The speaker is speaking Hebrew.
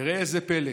ראה זה פלא,